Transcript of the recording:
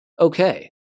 Okay